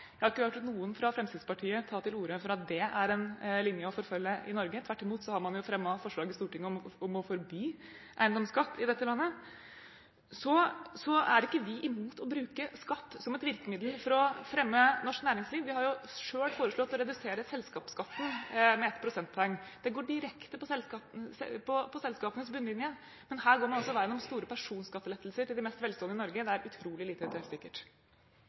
jeg har ikke hørt noen fra Fremskrittspartiet ta til orde for at det er en linje å forfølge i Norge. Tvert imot har man fremmet forslag i Stortinget om å forby eiendomsskatt i dette landet. Så er ikke vi imot å bruke skatt som et virkemiddel for å fremme norsk næringsliv. Vi har selv foreslått å redusere selskapsskatten med ett prosentpoeng. Det går direkte på selskapenes bunnlinje. Men her går man altså veien om store personskattelettelser til de mest velstående i Norge. Det er utrolig lite treffsikkert.